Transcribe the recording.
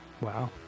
Wow